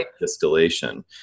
distillation